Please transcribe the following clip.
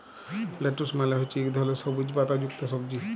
lettuce মালে হছে ইক ধরলের সবুইজ পাতা যুক্ত সবজি